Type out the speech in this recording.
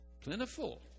Plentiful